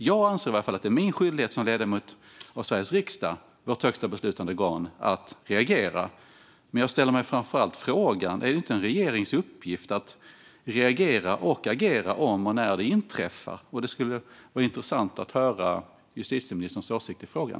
Jag anser i varje fall att det är min skyldighet som ledamot av Sveriges riksdag, vårt högsta beslutande organ, att reagera. Men jag ställer mig framför allt frågan: Är det inte en regerings uppgift att reagera och agera om och när detta inträffar? Det skulle vara intressant att höra justitieministerns åsikt i frågan.